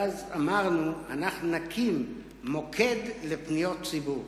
ואז אמרנו שאנחנו נקים מוקד לפניות הציבור.